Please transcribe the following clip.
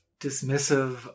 dismissive